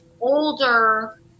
older